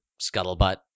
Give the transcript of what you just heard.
scuttlebutt